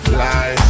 Fly